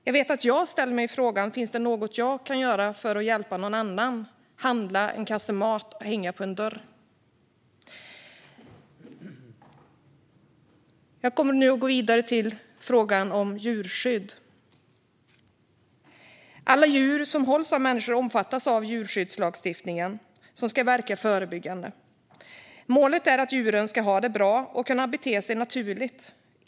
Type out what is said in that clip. Jag vet att jag ställer mig frågan: Finns det något jag kan göra för att hjälpa någon annan? Det kan vara att handla en kasse mat och hänga den på en dörr. Jag går nu vidare till frågan om djurskydd. Alla djur som hålls av människor omfattas av djurskyddslagstiftningen, som ska verka förebyggande. Målet är att djuren ska ha det bra och kunna bete sig naturligt.